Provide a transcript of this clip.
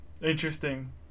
interesting